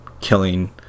killing